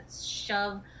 shove